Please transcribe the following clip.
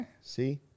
See